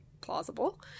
plausible